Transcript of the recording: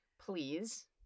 Please